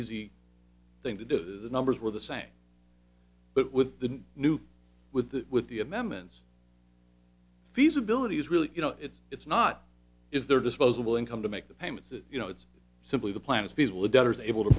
easy thing to do the numbers were the same but with the new with that with the amendments feasibility is really you know it's it's not is there disposable income to make the payments and you know it's simply the plan is